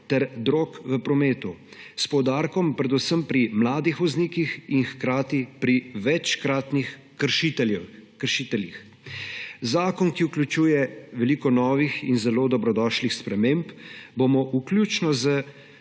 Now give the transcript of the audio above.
ter drog v prometu, s poudarkom predvsem pri mladih voznikih in hkrati pri večkratnih kršiteljih. Zakon, ki vključuje veliko novih in zelo dobrodošlih sprememb, bomo vključno z